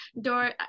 door